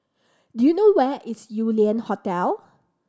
do you know where is Yew Lian Hotel